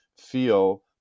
feel